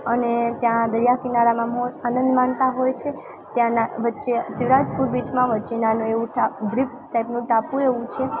અને ત્યાં દરિયાકિનારામાં મોજ આનંદ માણતા હોય છે ત્યાંના વચ્ચે શિવરાજપુર બીચમાં વચ્ચે નાનું એવું દ્વીપ ટાઈપનું ટાપુ એવું છે